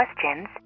questions